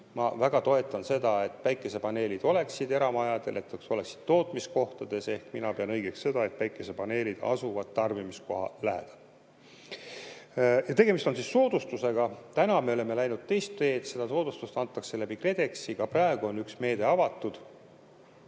ma väga toetan seda, et päikesepaneelid oleksid eramajadel, oleksid tootmiskohtades, ehk mina pean õigeks seda, et päikesepaneelid asuksid tarbimiskoha lähedal. [Käibemaksu tagastuse puhul] on tegemist soodustusega. Täna me oleme läinud teist teed, seda soodustust antakse KredExi kaudu, ka praegu on üks meede avatud.